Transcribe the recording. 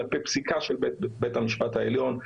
כלפי פסיקה של בית המשפט העליון.